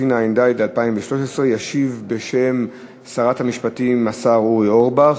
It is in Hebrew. התשע"ד 2013. ישיב בשם שרת המשפטים השר אורי אורבך.